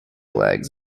legs